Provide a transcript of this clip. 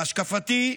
להשקפתי,